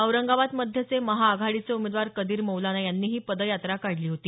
औरंगाबाद मध्यचे महाआघाडीचे उमेदवार कदीर मौलाना यांनीही पदयात्रा काढली होती